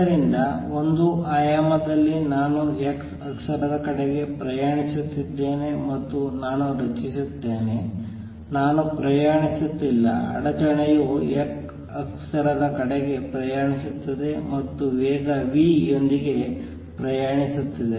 ಆದ್ದರಿಂದ ಒಂದು ಆಯಾಮದಲ್ಲಿ ನಾನು x ಅಕ್ಷದ ಕಡೆಗೆ ಪ್ರಯಾಣಿಸುತ್ತಿದ್ದೇನೆ ಮತ್ತು ನಾನು ರಚಿಸುತ್ತೇನೆ ನಾನು ಪ್ರಯಾಣಿಸುತ್ತಿಲ್ಲ ಅಡಚಣೆಯು x ಅಕ್ಷದ ಕಡೆಗೆ ಪ್ರಯಾಣಿಸುತ್ತಿದೆ ಮತ್ತು ವೇಗ v ಯೊಂದಿಗೆ ಪ್ರಯಾಣಿಸುತ್ತದೆ